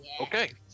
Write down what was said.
Okay